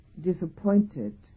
disappointed